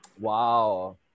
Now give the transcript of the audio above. Wow